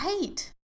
Right